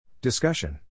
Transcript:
Discussion